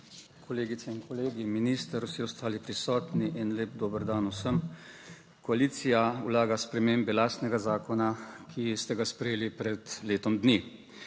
Kolegice in kolegi, minister, vsi ostali prisotni, en lep dober dan vsem. Koalicija vlaga spremembe lastnega zakona, ki ste ga sprejeli pred letom dni.